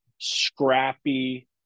scrappy